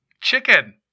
Chicken